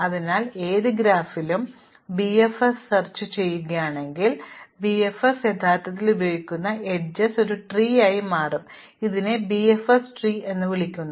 അതിനാൽ ഏത് ഗ്രാഫിലും ഞങ്ങൾ BFS പര്യവേക്ഷണം ചെയ്യുകയാണെങ്കിൽ BFS യഥാർത്ഥത്തിൽ ഉപയോഗിക്കുന്ന അരികുകൾ ഒരു വൃക്ഷമായി മാറും ഇതിനെ BFS ട്രീ എന്ന് വിളിക്കുന്നു